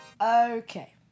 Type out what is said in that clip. Okay